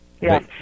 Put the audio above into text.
Yes